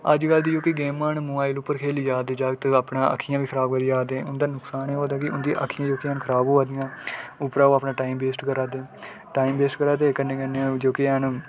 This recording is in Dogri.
अज्ज कल दियां जेह्कियां गेमां न मोबाइल उप्पर खेली जा दे जगत अपना अक्खियां बी खराब करी जा दे ओंदा नुकसान ई अक्खियां उप्परां खराब होआ दियां ओह् अपना टाइम बेस्ट करा दे न टाइम बेस्ट करा दे कन्नै कन्नै ओह् जेह्के ऐन